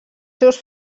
seus